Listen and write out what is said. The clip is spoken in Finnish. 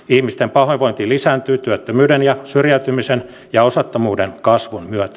ihmisten pahoinvointi lisääntyy työttömyyden syrjäytymisen ja osattomuuden kasvun myötä